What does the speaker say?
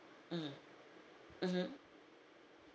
mm mmhmm